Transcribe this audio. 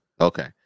Okay